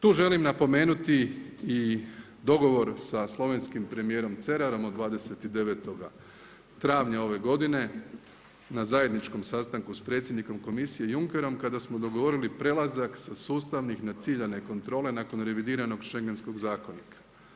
Tu želim napomenuti i dogovor sa slovenskim premijerom Cerarom od 29. travnja ove godine, na zajedničkom sastanku sa predsjednikom komisije Junckerom kada smo dogovorili prelazak sa sustavih na ciljane kontrole nakon revidiranog schengenskog zakona.